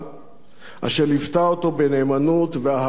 אשר ליוותה אותו בנאמנות ואהבה ללא סייג.